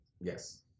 Yes